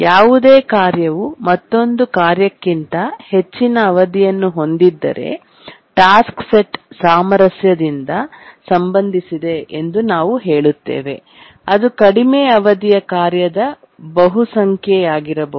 ಯಾವುದೇ ಕಾರ್ಯವು ಮತ್ತೊಂದು ಕಾರ್ಯಕ್ಕಿಂತ ಹೆಚ್ಚಿನ ಅವಧಿಯನ್ನು ಹೊಂದಿದ್ದರೆ ಟಾಸ್ಕ್ ಸೆಟ್ ಸಾಮರಸ್ಯದಿಂದ ಸಂಬಂಧಿಸಿದೆ ಎಂದು ನಾವು ಹೇಳುತ್ತೇವೆ ಅದು ಕಡಿಮೆ ಅವಧಿಯ ಕಾರ್ಯದ ಬಹುಸಂಖ್ಯೆಯಾಗಿರಬೇಕು